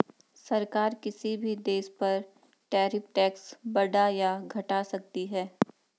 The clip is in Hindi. सरकार किसी भी देश पर टैरिफ टैक्स बढ़ा या घटा सकती है